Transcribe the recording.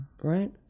right